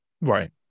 Right